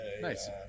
Nice